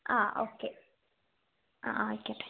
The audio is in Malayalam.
ആ ഓക്കെ ആ ആയിക്കോട്ടെ